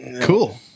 Cool